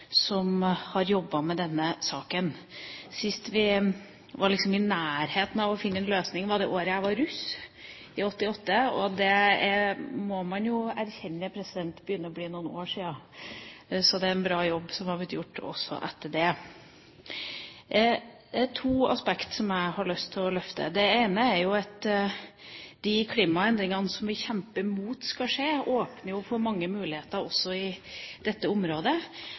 som har jobbet med denne saken. Sist vi var litt i nærheten av å finne en løsning, var det året jeg var russ – i 1988, og det må man jo erkjenne begynner å bli noen år siden, så det er en bra jobb som har blitt gjort også etter det. Det er to aspekter som jeg har lyst til å løfte. Det ene er at de klimaendringene som vi kjemper mot skal skje, åpner for mange muligheter også i dette området,